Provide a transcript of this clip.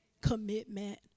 commitment